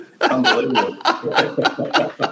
unbelievable